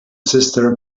sister